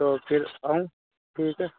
تو پھر آؤں ٹھیک ہے